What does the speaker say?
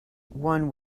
won